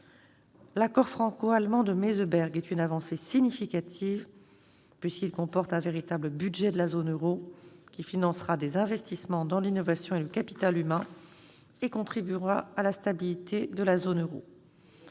L'accord franco-allemand de Meseberg est une avancée significative puisqu'il prévoit un véritable budget de la zone euro, qui financera des investissements dans l'innovation et le capital humain et contribuera à la stabilité de la zone.